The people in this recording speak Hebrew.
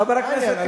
חבר הכנסת טיבי.